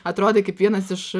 atrodai kaip vienas iš